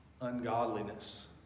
ungodliness